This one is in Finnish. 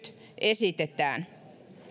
esitetään